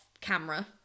camera